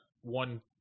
one